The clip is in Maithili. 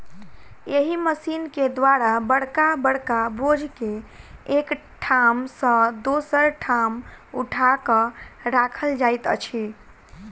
एहि मशीन के द्वारा बड़का बड़का बोझ के एक ठाम सॅ दोसर ठाम उठा क राखल जाइत अछि